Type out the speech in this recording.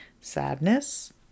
Sadness